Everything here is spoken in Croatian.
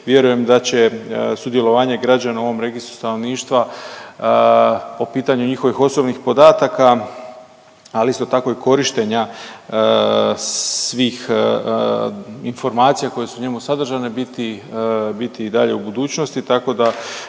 vjerujem da će sudjelovanje građana u ovom Registru stanovništva po pitanju njihovih osobnih podataka, ali isto tako i korištenja svih informacija koje su u njemu sadržane biti, biti i dalje u budućnosti,